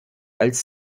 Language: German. als